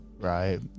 right